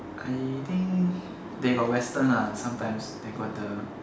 I think they got western lah sometimes they got the